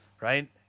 Right